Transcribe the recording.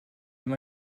wenn